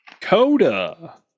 Coda